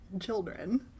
children